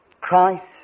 Christ